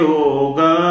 Yoga